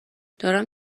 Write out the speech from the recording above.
دارم